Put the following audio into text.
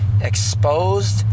exposed